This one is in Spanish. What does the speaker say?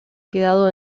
quedado